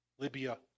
Libya